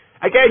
again